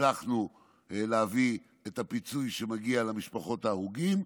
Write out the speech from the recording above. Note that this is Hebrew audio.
הצלחנו להביא את הפיצוי שמגיע למשפחות ההרוגים,